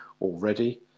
already